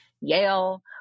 Yale